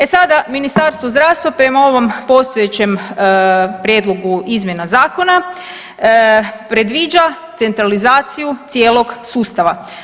E sada, Ministarstvo zdravstva prema ovom postojećem prijedlogu izmjena zakona, predviđa centralizaciju cijelog sustava.